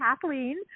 Kathleen